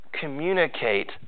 communicate